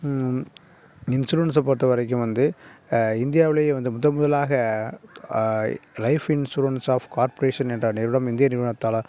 இன்ஷூரன்ஸை பொறுத்த வரைக்கும் வந்து இந்தியாவிலே வந்து முதன் முதலாக லைஃப் இன்ஷூரன்ஸ் ஆஃப் கார்ப்ரேஷன் என்ற நிறுவனம் இந்திய நிறுவனத்தால்